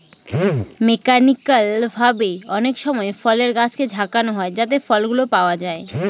mechanical ভাবে অনেকসময় ফলের গাছকে ঝাঁকানো হয় যাতে ফলগুলো পাওয়া যায়